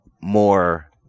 more